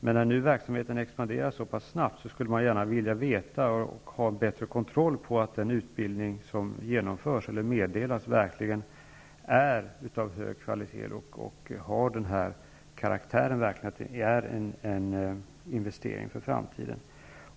Men när nu verksamheten expanderar så snabbt skulle man gärna vilja veta och ha bättre kontroll av att den utbildning som genomförs verkligen är av hög kvalitet och har den karaktären att den är en investering för framtiden.